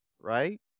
right